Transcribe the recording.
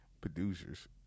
Producers